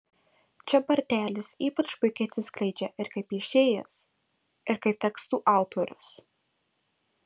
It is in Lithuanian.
čia bartelis ypač puikiai atsiskleidžia ir kaip piešėjas ir kaip tekstų autorius